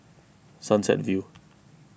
Sunset View